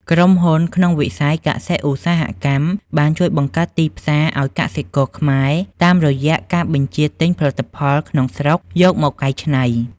ក្រុមហ៊ុនក្នុងវិស័យ កសិ-ឧស្សាហកម្ម បានជួយបង្កើតទីផ្សារឱ្យកសិករខ្មែរ តាមរយៈការបញ្ជាទិញផលិតផលក្នុងស្រុកយកមកកែច្នៃ។